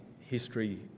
history